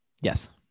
Yes